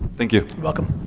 thank you. you're welcome.